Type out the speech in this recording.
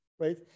Right